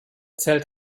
zählt